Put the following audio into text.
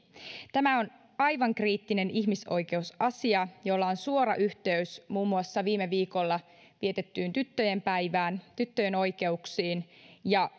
tämä on aivan kriittinen ihmisoikeusasia jolla on suora yhteys muun muassa viime viikolla vietettyyn tyttöjen päivään tyttöjen oikeuksiin ja